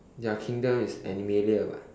their kingdom is animalia [what]